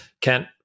Kent